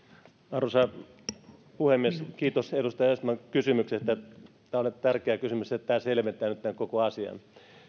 arvoisa puhemies kiitos edustaja östman kysymyksestä tämä oli tärkeä kysymys tämä selventää nyt tämän koko asian